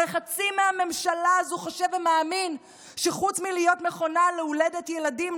הרי חצי הממשלה הזאת חושב ומאמין שחוץ מלהיות מכונה להולדת ילדים,